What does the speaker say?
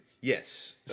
Yes